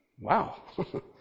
wow